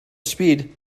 speed